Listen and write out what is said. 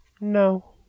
No